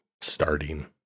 starting